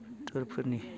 सेक्ट'रफोरनि